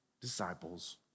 disciples